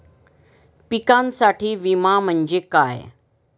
पिकांसाठीचा विमा म्हणजे काय?